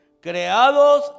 creados